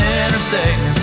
interstate